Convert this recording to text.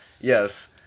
yes